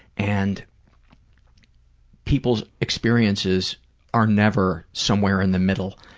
and people's experiences are never somewhere in the middle.